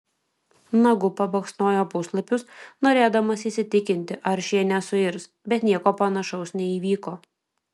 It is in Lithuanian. nagu pabaksnojo puslapius norėdamas įsitikinti ar šie nesuirs bet nieko panašaus neįvyko